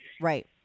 Right